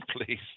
please